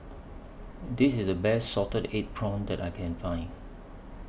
This IS The Best Salted Egg Prawns that I Can Find